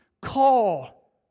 call